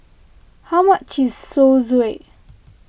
how much is Zosui